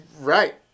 Right